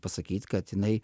pasakyt kad jinai